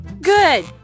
Good